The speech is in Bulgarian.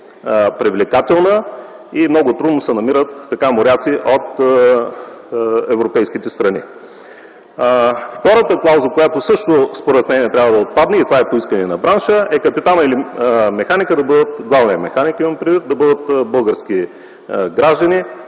и трудно се намират моряци от европейските страни. Втората клауза, която също според мен трябва да отпадне, и това е по искане на бранша, е капитанът и главният механик да бъдат български граждани.